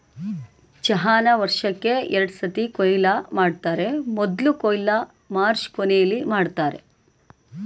ಚಹಾನ ವರ್ಷಕ್ಕೇ ಎರಡ್ಸತಿ ಕೊಯ್ಲು ಮಾಡ್ತರೆ ಮೊದ್ಲ ಕೊಯ್ಲನ್ನ ಮಾರ್ಚ್ ಕೊನೆಲಿ ಮಾಡ್ತರೆ